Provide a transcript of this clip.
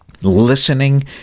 Listening